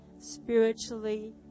spiritually